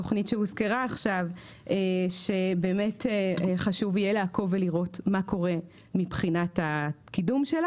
תוכנית שהוזכרה עכשיו שחשוב יהיה לעקוב מה קורה מבחינת קידומה.